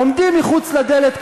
עומדים מחוץ לדלת,